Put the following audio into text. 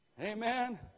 Amen